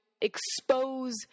expose